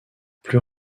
plus